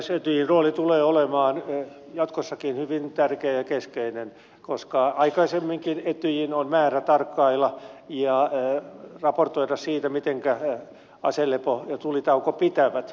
etyjin rooli tulee olemaan jatkossakin hyvin tärkeä ja keskeinen koska aikaisemminkin etyjin on ollut määrä tarkkailla ja raportoida siitä mitenkä aselepo ja tulitauko pitävät